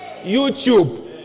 YouTube